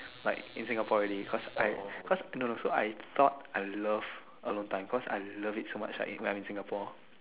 like in Singapore already cause I cause no no so I thought I love alone time cause I love it so much like when I'm in Singapore